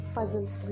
Puzzles